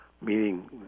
meaning